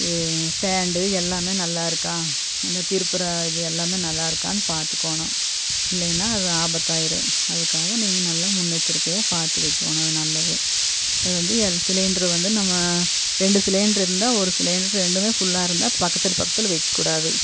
stand எல்லாமே நல்லா இருக்கா அந்த திருப்புற இது எல்லாமே நல்லா இருக்கான்னு பாத்துக்கணும் இல்லைன்னா அது ஆபத்தாயிரும் அதுக்காக நீங்கள் நல்லா முன் எச்சரிக்கையாக பார்த்து வைக்கணும் அது நல்லது அது வந்து எல் சிலிண்ட்ரு வந்து நம்ம ரெண்டு சிலிண்ட்ரு இருந்தா ஒரு சிலிண்ட் ரெண்டுமே புல்லா இருந்தா அத் பக்கத்தில் பக்கத்தில் வைக்ககூடாது